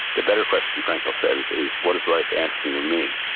the better question frankl says is, what is life asking of me?